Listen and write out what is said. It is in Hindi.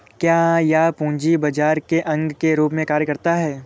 क्या यह पूंजी बाजार के अंग के रूप में कार्य करता है?